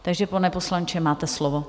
Takže pane poslanče, máte slovo.